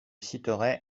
citerai